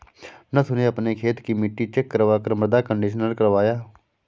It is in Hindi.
नथु ने अपने खेत की मिट्टी चेक करवा कर मृदा कंडीशनर करवाया